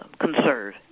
conserve